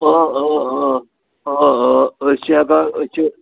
اۭں اۭں اۭں اۭں اۭں أسۍ چھِ أسۍ چھِ